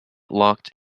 locked